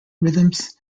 rhythms